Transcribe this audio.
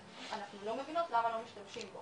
אז אנחנו לא מבינות למה לא משתמשים בו.